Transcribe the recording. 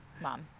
mom